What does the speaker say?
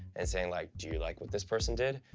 and saying like do you like what this person did?